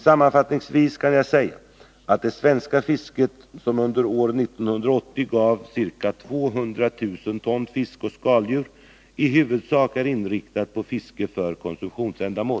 Sammanfattningsvis kan jag säga att det svenska fisket, som under år 1980 gav ca 200 000 ton fisk och skaldjur, i huvudsak är inriktat på fiske för konsumtionsändamål.